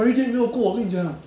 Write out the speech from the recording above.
bro 很像 exotic eh